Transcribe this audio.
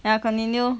ya continue